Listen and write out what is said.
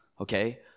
okay